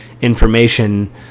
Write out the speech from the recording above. information